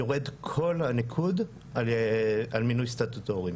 יורד כל הניקוד על מינוי סטטוטורי,